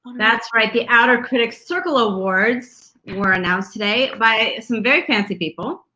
that's right, the outer critics circle awards were announced today by some very fancy people.